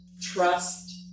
trust